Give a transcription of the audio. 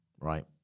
right